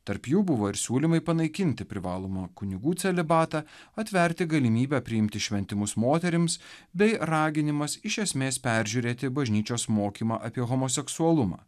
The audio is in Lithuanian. tarp jų buvo ir siūlymai panaikinti privalomą kunigų celibatą atverti galimybę priimti šventimus moterims bei raginimas iš esmės peržiūrėti bažnyčios mokymą apie homoseksualumą